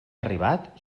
arribat